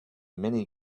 mini